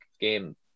game